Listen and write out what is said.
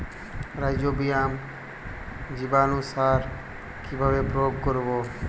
Rhizobium জীবানুসার কিভাবে প্রয়োগ করব?